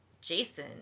Jason